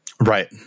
right